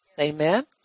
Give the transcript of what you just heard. Amen